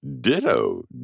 Ditto